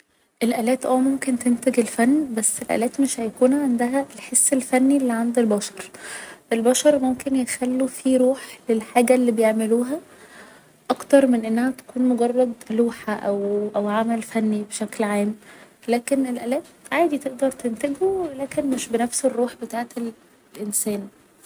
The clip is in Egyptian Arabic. الالات اه ممكن تنتج الفن بس الالات مش هيكون عندها الحس الفني اللي عند البشر البشر ممكن يخلوا في روح للحاجة اللي بيعملوها اكتر من انها تكون مجرد لوحة او عمل فني بشكل عام لكن الالات عادي تقدر تنتجه لكن مش بنفس الروح بتاعة الإنسان